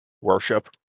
worship